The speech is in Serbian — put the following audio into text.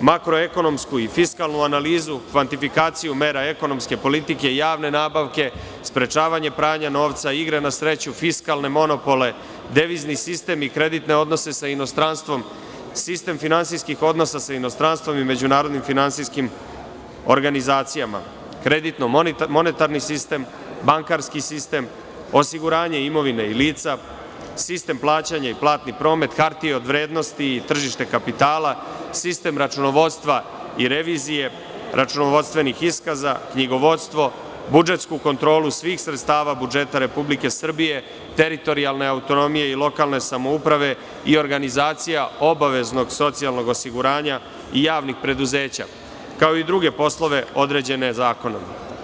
makroekonomsku i fiskalnu analizu, kvantifikaciju ekonomskih mera, politike, javne nabavke, sprečavanje pranja novca, igra na sreću, fiskalne monopole, devizni sistem i kreditne odnose sa inostranstvom, sistem finansijskih odnosa sa inostranstvom i međunarodnim finansijskim organizacijama, kreditno monetarni sistem, banskarski sistem, osiguranje imovine i lica, sistem plaćanja i platni promet, hartije od vrednosti tržište kapitala, sistem računovodstva i revizije, računovodstvenih iskaza, knjigovodstvo, budžetsku kontrolu svih sredstava budžeta Republike Srbije, teritorijalne autonomije i lokalne samouprave i organizacija obaveznog socijalnog osiguranja, i javnih preduzeća, kao i druge poslove, određene zakonom.